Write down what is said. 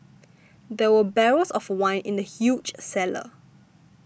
there were barrels of wine in the huge cellar